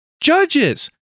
judges